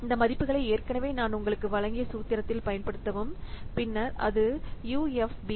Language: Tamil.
இந்த மதிப்புகளை ஏற்கனவே நான் உங்களுக்கு வழங்கிய சூத்திரத்தில் பயன்படுத்தவும் பின்னர் அது யுஎஃபியின்UFP